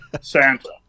Santa